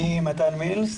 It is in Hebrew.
מתן מילס.